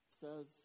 says